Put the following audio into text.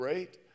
great